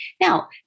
Now